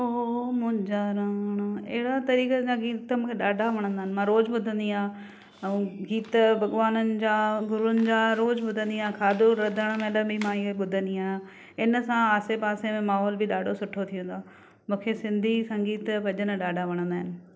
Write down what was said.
ओ मुंहिंजा राणा अहिड़ा तरीक़े जा गीत त मूंखे ॾाढा वणंदा आहिनि मां रोज़ु ॿुधंदी आं ऐं गीत भग॒वाननि जा गुरुअनि जा रोज़ु ॿुधंदी आं खाधो रधणु महिल मां हीअं ॿुधंदी आहियां हिन सां आसि पासि में माहौल बि ॾाढो सुठो थी वेंदो आहे मूंखे सिंधी संगीत भज॒न ॾाढा वणंदा आहिनि